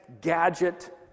gadget